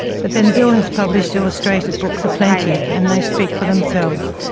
but then bill has published illustrated books aplenty and they speak for themselves.